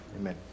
Amen